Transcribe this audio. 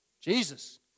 Jesus